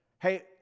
Hey